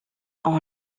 ont